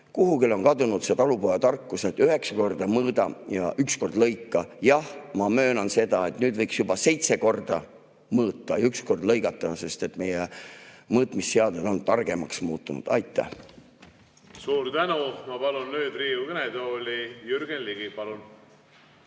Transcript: Kuhugi on kadunud talupojatarkus, et üheksa korda mõõda ja üks kord lõika. Jah, ma möönan, et nüüd võiks juba seitse korda mõõta ja üks kord lõigata, sest meie mõõtmisseadmed on targemaks muutunud. Aitäh! Suur tänu! Ma palun nüüd Riigikogu kõnetooli Jürgen Ligi. Suur